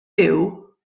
byw